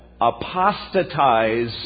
apostatize